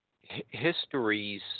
histories